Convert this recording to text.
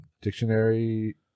Dictionary